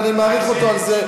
ואני מעריך אותו על זה,